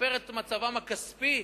לשפר את מצבם הכספי,